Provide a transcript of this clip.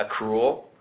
accrual